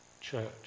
church